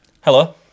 Hello